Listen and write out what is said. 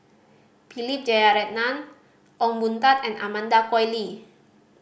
Philip Jeyaretnam Ong Boon Tat and Amanda Koe Lee